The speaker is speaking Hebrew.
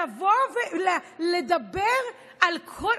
לבוא ולדבר על כל,